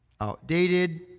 outdated